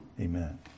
Amen